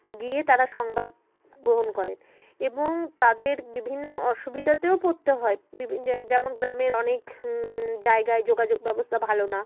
গিয়ে তারা সংবাদ গ্রহণ করেন এবং তাদের বিভিন্ন অসুবিধাতেও পড়তে হয় যেমন গ্রামের অনেক জায়গায় যোগাযোগ ব্যবস্থা ভালো না